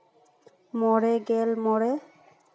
ᱢᱚᱬᱮ ᱜᱮᱞ ᱢᱚᱬᱮ